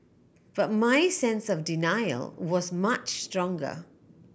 but my sense of denial was much stronger